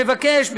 מבקש,